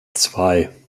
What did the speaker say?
zwei